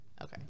Okay